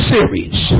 Series